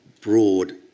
broad